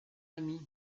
ami